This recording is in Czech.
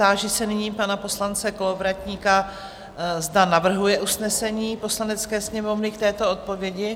Táži se nyní pana poslance Kolovratníka, zda navrhuje usnesení Poslanecké sněmovny k této odpovědi?